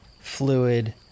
fluid